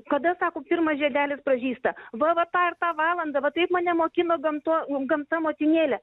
kada sako pirmas žiedelis pražysta va va tą ir tą valandą va taip mane mokino gamto gamta motinėlė